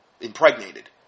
impregnated